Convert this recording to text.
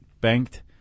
banked